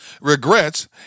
regrets